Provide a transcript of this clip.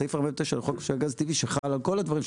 סעיף 49 לחוק משק הגז הטבעי שחל על כל הדברים,